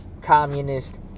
Communist